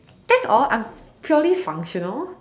that's all I'm purely functional